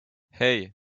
hey